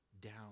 down